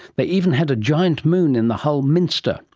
they even had a giant moon in the hull minster,